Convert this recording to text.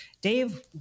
Dave